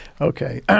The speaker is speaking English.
Okay